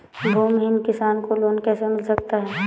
भूमिहीन किसान को लोन कैसे मिल सकता है?